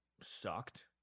sucked